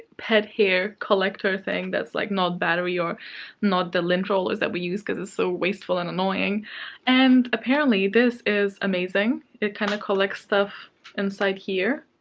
pet hair collector thing that's like not battery or not the lint rollers that we use because it's so wasteful and annoying and apparently, this is amazing. it kind of collects stuff inside here.